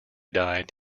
died